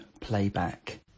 playback